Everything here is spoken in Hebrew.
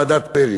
ועדת פרי.